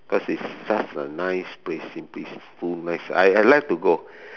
because it's such a nice place peaceful nice I I like to go